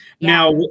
Now